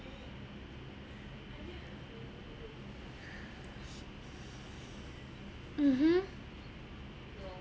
mmhmm